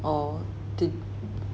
or did